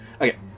Okay